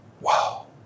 Wow